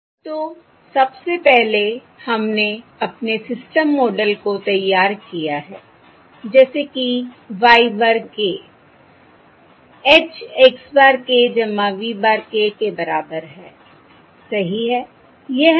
तो सबसे पहले हमने अपने सिस्टम मॉडल को तैयार किया है जैसे कि y bar k H x bar k v bar K के बराबर है सही है